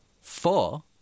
four